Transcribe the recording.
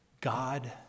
God